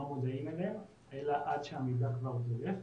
מודעים אליהם אלא עד שהמידע כבר דולף,